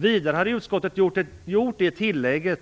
Vidare har utskottet gjort det tillägget